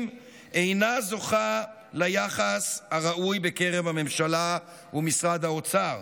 אינה זוכה ליחס הראוי בקרב הממשלה ומשרד האוצר,